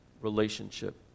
relationship